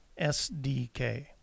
SDK